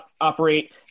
operate